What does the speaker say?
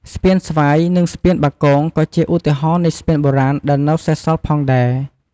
ស្ពានស្វាយ និង ស្ពានបាគង ក៏ជាឧទាហរណ៍នៃស្ពានបុរាណដែលនៅសេសសល់ផងដែរ។